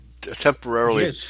temporarily